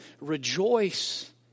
rejoice